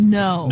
no